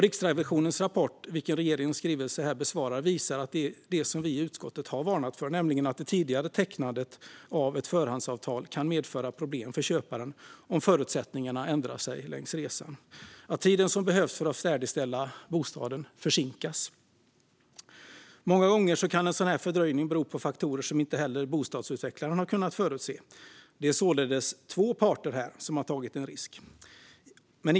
Riksrevisionens rapport, vilken besvaras i regeringens skrivelse, visar det som vi i utskottet har varnat för: att det tidiga tecknandet av ett förhandsavtal kan medföra problem för köparen om förutsättningarna ändras längs resan, till exempel att tiden som behövs för att färdigställa bostaden förlängs. Många gånger kan en fördröjning bero på faktorer som inte heller bostadsutvecklaren kunnat förutse. Det är således två parter som har tagit en risk här.